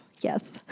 Yes